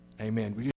Amen